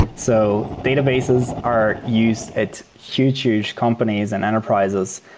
so databases are used at huge, huge companies and enterprises,